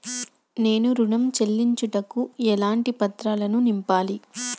నేను ఋణం చెల్లించుటకు ఎలాంటి పత్రాలను నింపాలి?